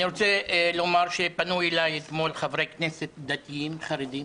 אני רוצה לומר שפנו אליי אתמול חברי כנסת דתיים חרדים,